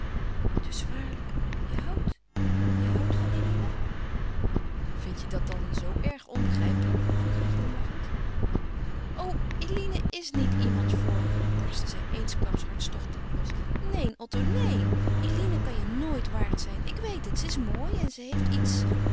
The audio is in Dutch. dus waarlijk je houdt je houdt van eline vindt je dat dan zoo erg onbegrijpelijk vroeg hij glimlachend o eline is niet iemand voor je barstte zij eensklaps hartstochtelijk los neen otto neen eline kan je nooit waard zijn ik weet het ze is mooi en ze heeft iets